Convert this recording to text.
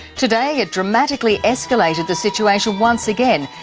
today it dramatically escalated the situation once again,